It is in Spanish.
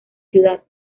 ciudad